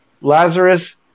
Lazarus